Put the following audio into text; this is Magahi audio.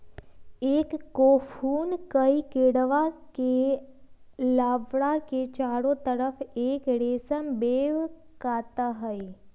एक कोकून कई कीडड़ा के लार्वा के चारो तरफ़ एक रेशम वेब काता हई